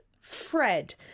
Fred